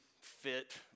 fit